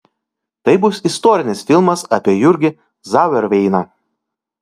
tai bus istorinis filmas apie jurgį zauerveiną